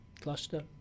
cluster